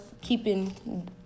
keeping